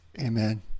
Amen